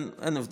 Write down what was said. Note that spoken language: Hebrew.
אין הבדל.